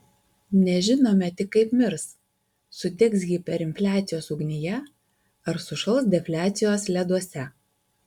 nežinome tik kaip mirs sudegs hiperinfliacijos ugnyje ar sušals defliacijos leduose